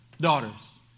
daughters